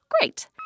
Great